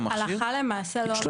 הלכה למעשה לא